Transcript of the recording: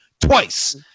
twice